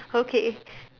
okay